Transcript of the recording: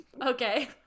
Okay